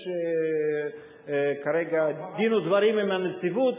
יש כרגע דין ודברים עם הנציבות,